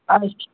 अच्छा